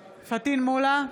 מולא,